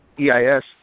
EIS